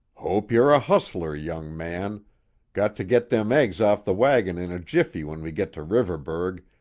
hope you're a hustler, young man got to git them eggs off the wagon in a jiffy when we git to riverburgh,